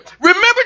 Remember